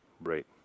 Right